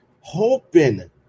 hoping